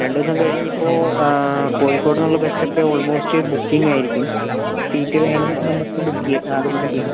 രണ്ട് ദിവസം കഴിഞ്ഞ് ഇപ്പോൾ കോഴിക്കോട് നിന്നുള്ള ബസ് ഒക്കെ ഓൾമോസ്റ്റ് ബുക്കിംഗ് ആയിരിക്കും സീറ്റ് വേണമെങ്കിൽ നമുക്ക് ബുക്ക് ചെയ്യാം അത് ബുക്ക് ചെയ്യണം